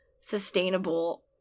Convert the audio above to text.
sustainable